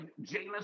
Jameis